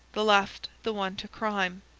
the left the one to crime.